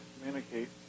communicate